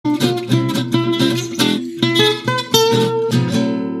‫‫‫‫‫‫‫‫